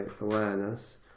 awareness